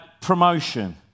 promotion